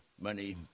money